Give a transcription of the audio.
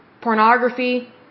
pornography